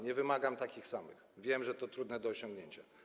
Nie wymagam takich samych, bo wiem, że to trudne do osiągnięcia.